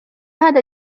هذا